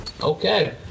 Okay